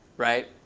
right?